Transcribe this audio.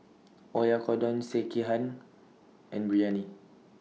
Oyakodon Sekihan and Biryani